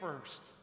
first